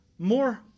more